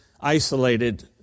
isolated